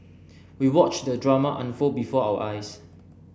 we watched the drama unfold before our eyes